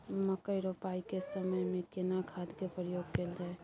मकई रोपाई के समय में केना खाद के प्रयोग कैल जाय?